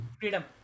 freedom